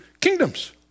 kingdoms